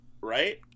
right